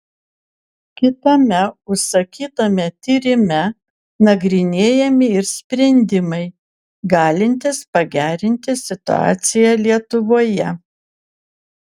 kitame užsakytame tyrime nagrinėjami ir sprendimai galintys pagerinti situaciją lietuvoje